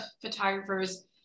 photographers